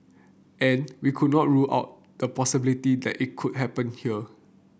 and we could not rule out the possibility that it could happen here